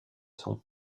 son